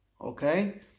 okay